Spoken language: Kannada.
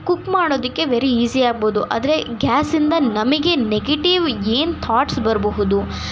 ಕುಕ್ ಮಾಡೋದಕ್ಕೆ ವೆರಿ ಈಸಿ ಆಗ್ಬೋದು ಆದರೆ ಗ್ಯಾಸಿಂದ ನಮಗೆ ನೆಗೆಟಿವ್ ಏನು ಥಾಟ್ಸ್ ಬರ್ಬಹುದು